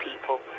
people